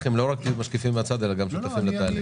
אם תהיו לא רק משקיפים מהצד אלא גם שותפים לתהליך.